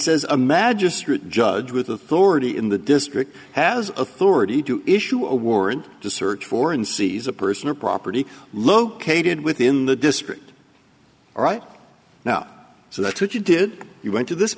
says a magistrate judge with authority in the district has authority to issue a warrant to search for and seize a person or property located within the district right now so that's what you did you went to this